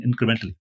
incrementally